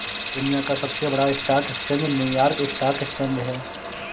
दुनिया का सबसे बड़ा stock exchange New York stock exchange है